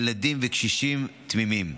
ילדים וקשישים תמימים.